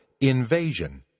invasion